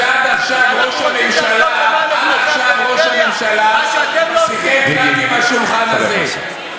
מפני שעד עכשיו ראש הממשלה שיחק רק עם השולחן הזה,